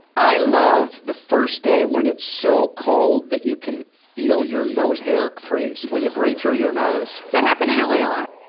i love the first day when it's so cold, that you can feel your nose hair freeze, when you breathe through your nose. does that happen in la a lot?